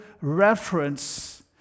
reference